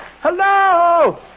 Hello